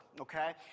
Okay